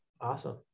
Awesome